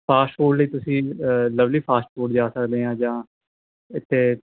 fast food ਲਈ ਤੁਸੀਂ Lovely fast food ਜਾ ਸਕਦੇ ਆ ਜਾਂ ਇੱਥੇ